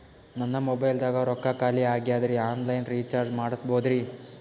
ನನ್ನ ಮೊಬೈಲದಾಗ ರೊಕ್ಕ ಖಾಲಿ ಆಗ್ಯದ್ರಿ ಆನ್ ಲೈನ್ ರೀಚಾರ್ಜ್ ಮಾಡಸ್ಬೋದ್ರಿ?